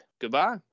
Goodbye